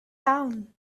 town